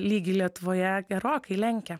lygį lietuvoje gerokai lenkia